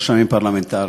רשמים פרלמנטריים,